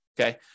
Okay